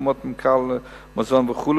מקומות ממכר למזון וכו',